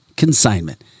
Consignment